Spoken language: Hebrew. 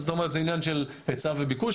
זה עניין של היצע וביקוש,